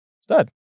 Stud